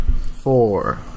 Four